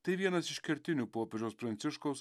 tai vienas iš kertinių popiežiaus pranciškaus